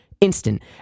instant